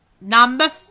number